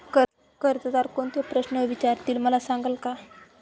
कर्जदार कोणते प्रश्न विचारतील, मला सांगाल का?